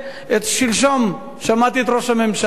שלשום שמעתי את ראש הממשלה,